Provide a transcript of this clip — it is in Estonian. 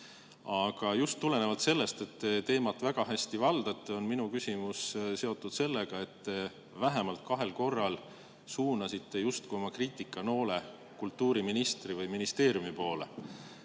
Aga just tulenevalt sellest, et te teemat väga hästi valdate, on mul küsimus. Vähemalt kahel korral te suunasite justkui kriitikanoole kultuuriministri või ‑ministeeriumi poole.